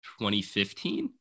2015